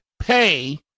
pay